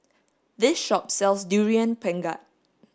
this shop sells durian pengat